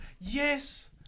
yes